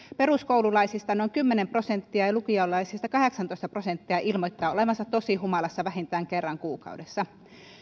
peruskoululaisista noin kymmenen prosenttia ja lukiolaisista kahdeksantoista prosenttia ilmoittaa olevansa tosi humalassa vähintään kerran kuukaudessa